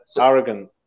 arrogant